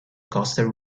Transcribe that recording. costa